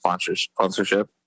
sponsorship